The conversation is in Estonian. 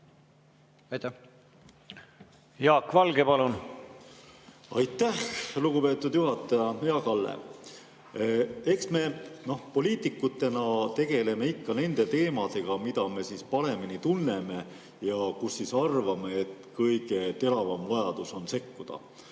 Jaak Valge, palun!